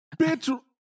bitch